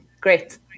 great